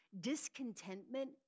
discontentment